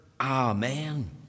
Amen